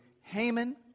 Haman